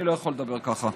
אני לא יכול לדבר ככה.